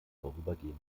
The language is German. vorübergehend